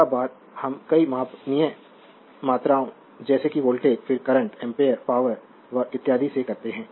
यह बात हम कई मापनीय मात्राओं जैसे कि वोल्टेज फिर करंट एम्पीयर पॉवर वॉट इत्यादि से करते हैं